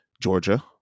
Georgia